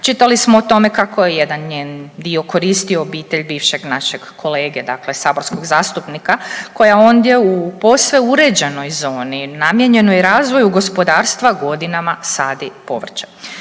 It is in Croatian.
Čitali smo o tome kako jedan njen dio koristi obitelj bivšeg našeg kolege dakle saborskog zastupnika koja onda u posve uređenoj zoni, namijenjenoj razvoju gospodarstva, godinama sadi povrće.